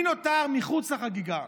מי נותר מחוץ לחגיגה?